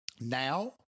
Now